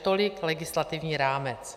Tolik legislativní rámec.